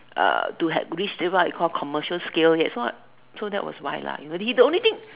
uh to have reached that what you call commercial scale yet so so that was why lah the only thing the only thing